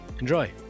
Enjoy